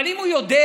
אבל אם הוא יודע,